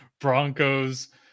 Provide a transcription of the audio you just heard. Broncos